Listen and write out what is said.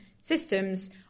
systems